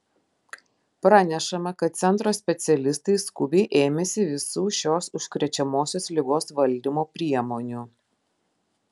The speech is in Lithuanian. pranešama kad centro specialistai skubiai ėmėsi visų šios užkrečiamosios ligos valdymo priemonių